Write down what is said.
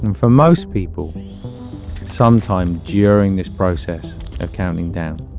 and from most people sometime during this process of counting down,